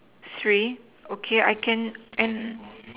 three okay I can and